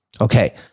Okay